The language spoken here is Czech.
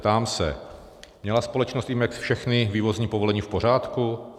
Ptám se: Měla společnost Imex všechny vývozní povolení v pořádku?